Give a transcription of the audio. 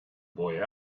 boy